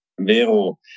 Vero